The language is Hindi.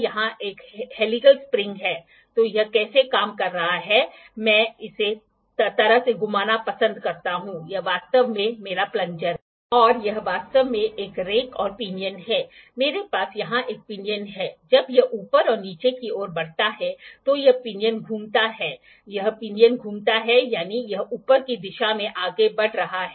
यदि आप चाहते हैं कि हम इस डिग्री को लेना चाहते हैं और फिर इसे एक लीनियर स्केल में बदलना चाहते हैं तो हम इकाइयों को डिग्री से माइक्रोन या मिलीमीटर में बदलने की कोशिश करते हैं ठीक है